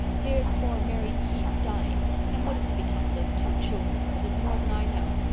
here's poor mary keith dying and what is to become of those two children of hers is more than i know.